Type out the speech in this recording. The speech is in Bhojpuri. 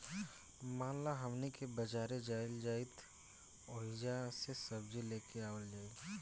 मान ल हमनी के बजारे जाइल जाइत ओहिजा से सब्जी लेके आवल जाई